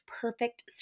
perfect